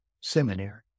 Seminary